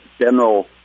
general